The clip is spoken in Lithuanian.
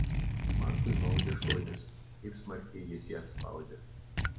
markui maudė šlaunis taip smarkiai jis jas spaudė